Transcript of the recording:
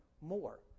more